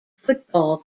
football